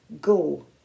Go